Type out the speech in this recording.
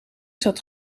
zat